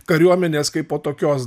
kariuomenės kaipo tokios